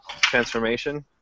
transformation